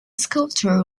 sculptor